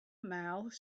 mouth